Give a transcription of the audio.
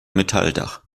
metalldach